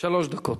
שלוש דקות.